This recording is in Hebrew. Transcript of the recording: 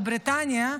בבריטניה,